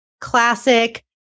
classic